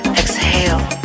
exhale